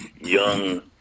young